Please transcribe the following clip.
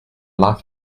life